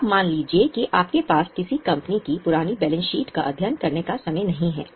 अब मान लीजिए कि आपके पास किसी कंपनी की पुरानी बैलेंस शीट का अध्ययन करने का समय नहीं है